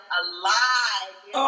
alive